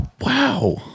Wow